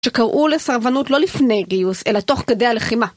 שקראו לסרבנות לא לפני גיוס, אלא תוך כדי הלחימה.